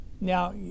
Now